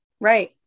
Right